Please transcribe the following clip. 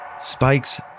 Spike's